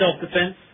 self-defense